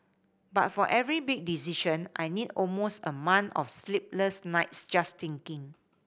but for every big decision I need almost a month of sleepless nights just thinking